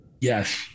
Yes